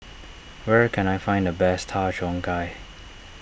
where can I find the best Har Cheong Gai